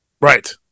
Right